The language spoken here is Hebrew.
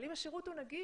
אבל אם השירות הוא נגיש,